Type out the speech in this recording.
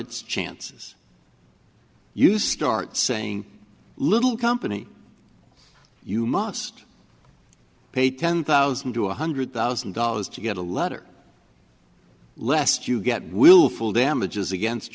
its chances you start saying little company you must pay ten thousand to one hundred thousand dollars to get a letter lest you get willful damages against